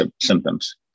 symptoms